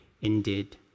indeed